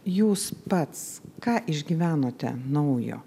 jūs pats ką išgyvenote naujo